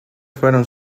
fueron